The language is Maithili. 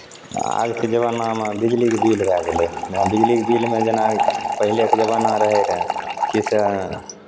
आजके जमानामे बिजलीके बिल भए गेलै बिजलीके बिलमे जेना पहिलेके जमाना रहैत रहए कि से